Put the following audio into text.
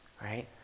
right